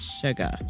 Sugar